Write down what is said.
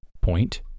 point